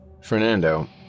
Fernando